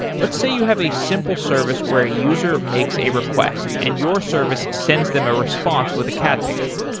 let's say you have a simple service where a user makes a request and your service sends them a response with a cat picture.